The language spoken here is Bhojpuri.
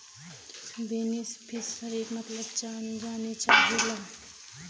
बेनिफिसरीक मतलब जाने चाहीला?